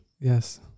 yes